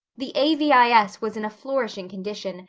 the a v i s. was in a flourishing condition,